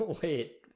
wait